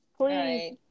please